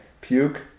puke